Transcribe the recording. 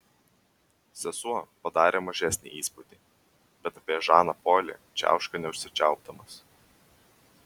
sesuo padarė mažesnį įspūdį bet apie žaną polį čiauška neužsičiaupdamas